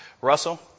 Russell